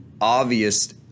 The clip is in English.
obvious